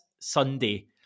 Sunday